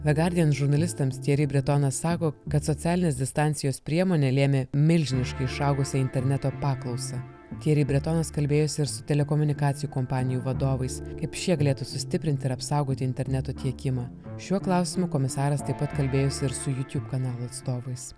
the guardian žurnalistams tieri bretonas sako kad socialinės distancijos priemonė lėmė milžiniškai išaugusią interneto paklausą tieri bretonas kalbėjosi ir su telekomunikacijų kompanijų vadovais kaip šie galėtų sustiprinti ir apsaugoti interneto tiekimą šiuo klausimu komisaras taip pat kalbėjosi ir su youtube kanalo atstovais